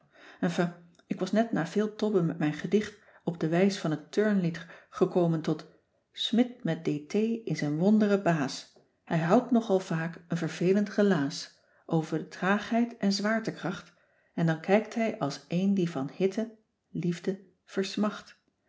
enfin ik was net na veel tobben met mijn gedicht op de wijs van het turnlied gekomen tot smidt met dt is een wondere baas hij houdt nogal vaak een vervelend relaas over de traagheid en zwaartekracht en dan kijkt hij als éen die van hitte liefde versmacht